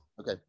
Okay